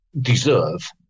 deserve